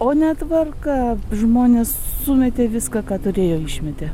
o netvarka žmonės sumetė viską ką turėjo išmetė